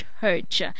church